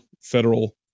federal